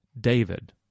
David